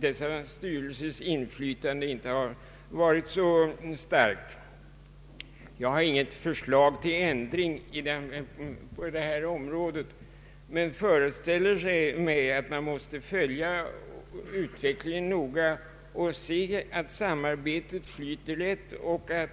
dessa styrelsers inflytande inte har varit så starkt. Jag har inget förslag till ändring på det här området men föreställer mig att man måste följa utvecklingen noga och se att samarbetet flyter väl.